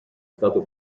stato